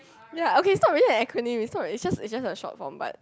ya okay it's not really an acronym it's not it's just a short form but